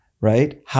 right